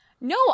no